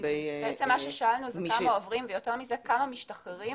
בעצם שאלנו כמה עוברים ויותר מזה כמה משתחררים